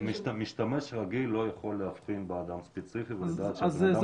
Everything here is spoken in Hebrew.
משתמש רגיל לא יכול להבחין באדם ספציפי ולדעת שאדם ספציפי חיפש את זה.